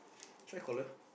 should I call her